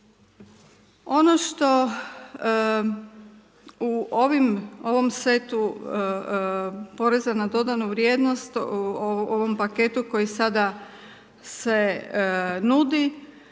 Ono što u ovom setu poreza na dodanu vrijednost, ovom paketu koji sada se nudi